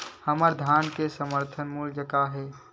हमर धान के समर्थन मूल्य का हे?